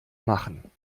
machen